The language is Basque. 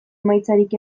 emaitzarik